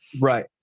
Right